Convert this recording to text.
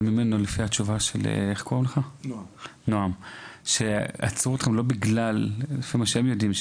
אבל לפי התשובה של נועם שעצרו אתכם לא בגלל לפי מה שהם יודעים,